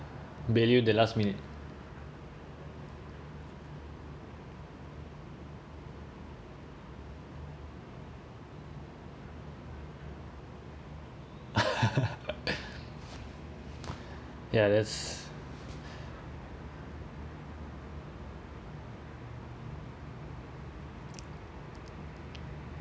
bail you the last minute ya that’s